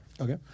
Okay